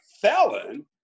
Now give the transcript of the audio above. felon